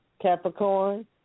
Capricorn